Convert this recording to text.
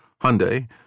Hyundai